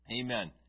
Amen